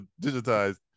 digitized